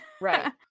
right